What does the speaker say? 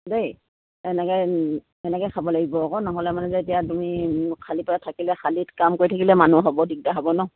দেই এনেকে এনেকে খাব লাগিব আকৌ নহ'লে মানে যে এতিয়া তুমি খালী পেটত থাকিলে খালীত কাম কৰি থাকিলে মানুহ হ'ব দিগদাৰ হ'ব ন